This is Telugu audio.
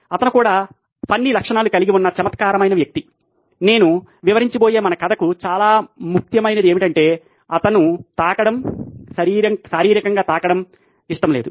అతను కూడా ఫన్నీ లక్షణాలను కలిగి ఉన్న చమత్కారమైన వ్యక్తి నేను వివరించబోయే మన కథకు చాలా ముఖ్యమైనది ఏమిటంటే అతనిని తాకడం శారీరకంగా తాకడం అతనికి ఇష్టం లేదు